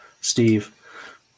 Steve